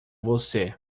você